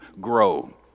grow